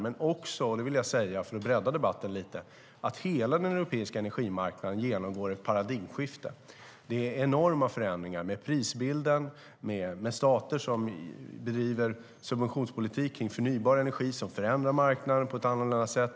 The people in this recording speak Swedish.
Men för att bredda debatten lite grann vill jag säga att man också har det för att hela den europeiska energimarknaden genomgår ett paradigmskifte. Det är enorma förändringar med prisbilden och med stater som bedriver subventionspolitik kring förnybar energi som förändrar marknaden på ett annorlunda sätt.